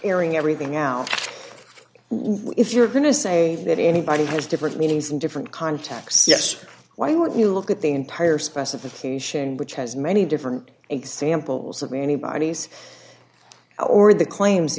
airing everything out if you're going to say that anybody has different meanings in different contexts yes why would you look at the entire specification which has many different examples of anybody's or the claims